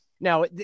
Now